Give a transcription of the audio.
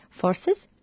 forces